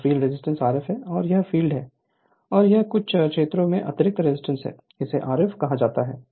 यह field resistance Rf है और यह फ़ील्ड है और यह कुछ क्षेत्रों में अतिरिक्त रेजिस्टेंस है इसे RF कहा जाता है